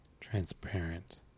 transparent